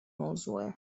موضوعه